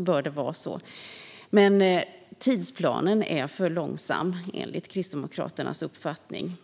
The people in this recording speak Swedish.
bör det vara så. Men tidsplanen anger en alltför långsam takt, enligt Kristdemokraternas uppfattning.